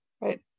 Right